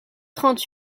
trente